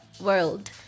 world